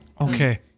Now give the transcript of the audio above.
Okay